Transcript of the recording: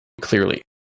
clearly